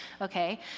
okay